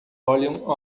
olham